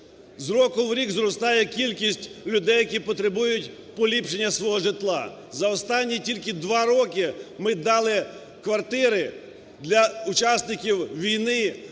З року в рік зростає кількість людей, які потребують поліпшення свого житла. За останні тільки два роки ми дали квартири для учасників війни,